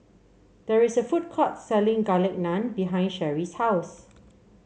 there is a food court selling Garlic Naan behind Sherri's house